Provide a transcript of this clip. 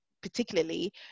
particularly